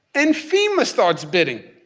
and fema starts bidding.